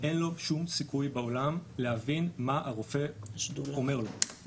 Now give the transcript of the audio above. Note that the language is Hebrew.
אין לו שום סיכוי בעולם להבין מה הרופא אומר לו,